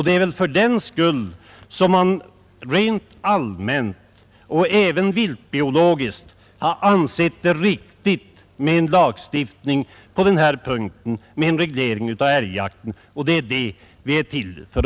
Det är väl därför som man rent allmänt och även viltbiologiskt ansett det riktigt med en lagstiftning på denna punkt och med den reglering av älgjakten, som vi nu skall pröva.